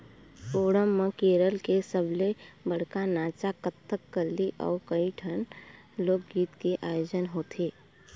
ओणम म केरल के सबले बड़का नाचा कथकली अउ कइठन लोकगीत के आयोजन होथे